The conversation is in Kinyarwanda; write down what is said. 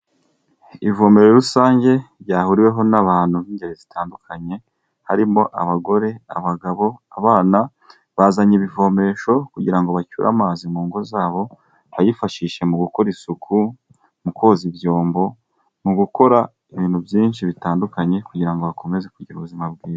Ivomerero rusange ryahuriweho n'abantu b'ingeri zitandukanye harimo abagore, abagabo, abana bazanye ibivomesho kugirango bacyure amazi mungo zabo bifashisha mu gukora isuku, mu koza ibyombo, mu gukora ibintu byinshi bitandukanye kugira ngo bakomeze kugira ubuzima bwiza.